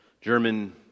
German